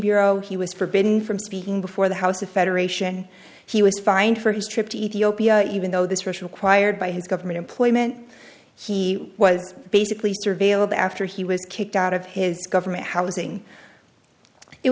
bureau he was forbidden from speaking before the house of federation he was fined for his trip to ethiopia even though this racial quired by his government employment he was basically surveilled after he was kicked out of his government housing it